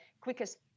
quickest